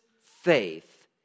faith